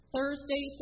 Thursday